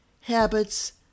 habits